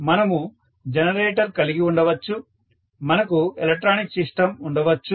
మనము జనరేటర్ కలిగి ఉండవచ్చు మనకు ఎలక్ట్రానిక్ సిస్టమ్ ఉండవచ్చు